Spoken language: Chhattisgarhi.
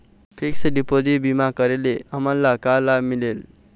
फिक्स डिपोजिट बीमा करे ले हमनला का लाभ मिलेल?